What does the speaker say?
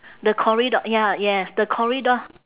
the corridor ya yes the corridor